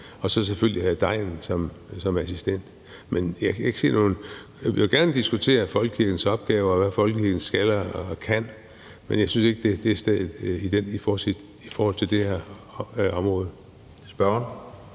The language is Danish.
de selvfølgelig degnen som assistent. Jeg vil gerne diskutere folkekirkens opgaver, og hvad folkekirken skal og kan, men jeg synes ikke, det er stedet i forhold til det her forslag. Kl.